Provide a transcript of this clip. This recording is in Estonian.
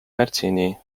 märtsini